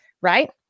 Right